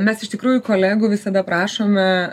mes iš tikrųjų kolegų visada prašome